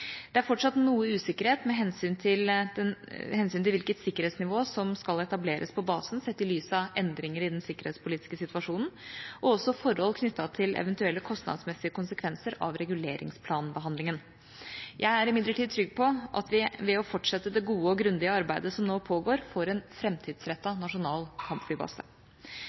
Det er fortsatt noe usikkerhet med hensyn til hvilket sikkerhetsnivå som skal etableres på basen, sett i lys av endringer i den sikkerhetspolitiske situasjonen og også forhold knyttet til eventuelle kostnadsmessige konsekvenser av reguleringsplanbehandlingen. Jeg er imidlertid trygg på at vi ved å fortsette det gode og grundige arbeidet som nå pågår, får en framtidsrettet nasjonal kampflybase.